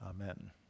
Amen